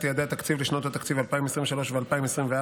יעדי התקציב לשנות התקציב 2023 ו-2024),